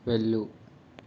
వెళ్ళు